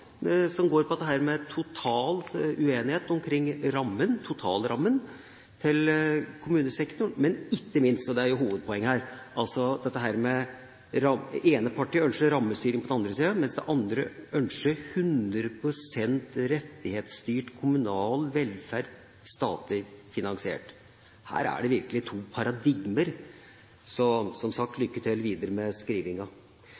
som går på dette med total uenighet omkring totalrammen til kommunesektoren, men ikke minst – og det er jo hovedpoenget her – på dette med at det ene partiet ønsker rammestyring, mens det andre ønsker 100 pst. rettighetsstyrt kommunal velferd, statlig finansiert. Her er det virkelig to paradigmer. Så, som sagt: